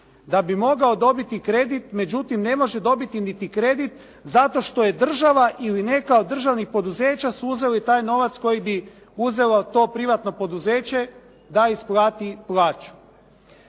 da bi mogao dobiti kredit, međutim ne može dobiti niti kredit zato što je država ili neka od državnih poduzeća su uzeli taj novac koji bi uzelo to privatno poduzeće da isplati plaću.